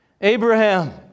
Abraham